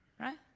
right